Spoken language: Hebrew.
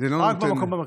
רק במקום המרכזי.